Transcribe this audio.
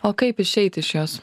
o kaip išeiti iš jos